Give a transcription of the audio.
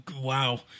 Wow